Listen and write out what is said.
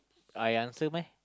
I answer meh